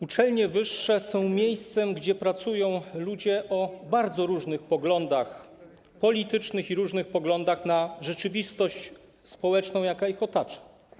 Uczelnie wyższe są miejscem, w którym pracują ludzie o bardzo różnych poglądach politycznych i różnych poglądach na rzeczywistość społeczną, jaka ich otacza.